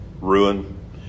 Ruin